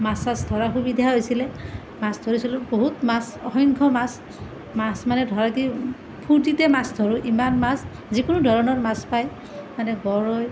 মাছ চাছ ধৰাৰ সুবিধা হৈছিলে মাছ ধৰিছিলোঁ বহুত মাছ অসংখ্য মাছ মাছ মানে ধৰক ই ফূৰ্তিতে মাছ ধৰোঁ ইমান মাছ যিকোনো ধৰণৰ মাছ পায় যেনে গৰৈ